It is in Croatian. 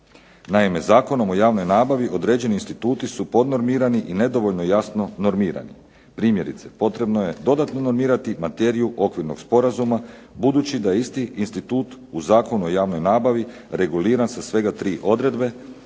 Naime, Zakonom o javnoj nabavi određeni instituti su podnormirani i nedovoljno jasno normirani. Primjerice, potrebno je dodatno normirati materiju okvirnog sporazuma budući da isti institut u Zakonu o javnoj nabavi reguliran sa svega tri odredbe,